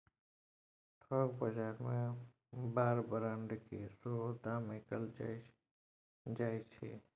थोक बजार मे बार ब्रांड केँ सेहो दाम कएल जाइ छै